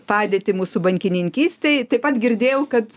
padėtį mūsų bankininkystėj taip pat girdėjau kad